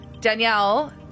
Danielle